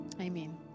Amen